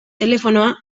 telefonoa